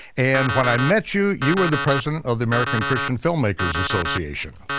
and when i met you, you were the president of the american christian filmmakers association.